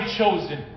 chosen